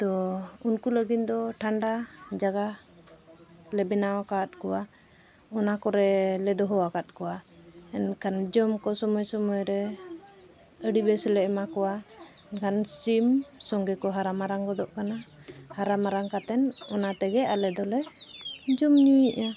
ᱛᱚ ᱩᱱᱠᱩ ᱞᱟᱹᱜᱤᱫ ᱫᱚ ᱴᱷᱟᱱᱰᱟ ᱡᱟᱜᱟ ᱞᱮ ᱵᱮᱱᱟᱣ ᱠᱟᱜ ᱠᱚᱣᱟ ᱚᱱᱟ ᱠᱚᱨᱮ ᱞᱮ ᱫᱚᱦᱚ ᱟᱠᱟᱫ ᱠᱚᱣᱟ ᱮᱱᱠᱷᱟᱱ ᱡᱚᱢ ᱠᱚ ᱥᱚᱢᱚᱭ ᱥᱚᱢᱚᱭ ᱨᱮ ᱟᱹᱰᱤ ᱵᱮᱹᱥ ᱞᱮ ᱮᱢᱟ ᱠᱚᱣᱟ ᱮᱱᱠᱷᱟᱱ ᱥᱤᱢ ᱥᱚᱸᱜᱮ ᱠᱚ ᱦᱟᱨᱟ ᱢᱟᱨᱟᱝ ᱜᱚᱫᱚᱜ ᱠᱟᱱᱟ ᱦᱟᱨᱟ ᱢᱟᱨᱟᱝ ᱠᱟᱛᱮᱱ ᱚᱱᱟ ᱛᱮᱜᱮ ᱟᱞᱮ ᱫᱚᱞᱮ ᱡᱚᱢ ᱧᱩᱭᱮᱜᱼᱟ